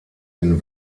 den